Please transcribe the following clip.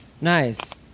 Nice